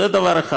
זה דבר אחד.